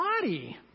body